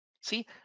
See